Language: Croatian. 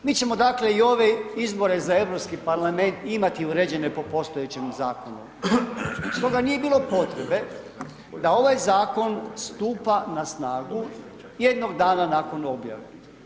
Mi ćemo dakle, i ove izbore za EU parlament imati uređene po postojećem zakonu, stoga nije bilo potrebe da ovaj zakon stupa na snagu jednog dana nakon objave.